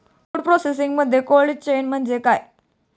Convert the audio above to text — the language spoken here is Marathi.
फूड प्रोसेसिंगमध्ये कोल्ड चेन म्हणजे काय?